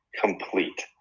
complete